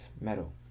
metal